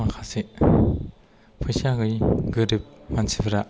माखासे फैसा गैयि गोरिब मानसिफोरा